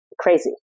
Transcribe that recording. crazy